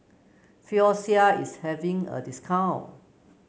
Floxia is having a discount